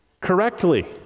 correctly